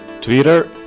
Twitter